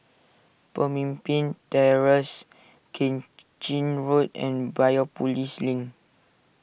Pemimpin Terrace Keng Chin Road and Biopolis Link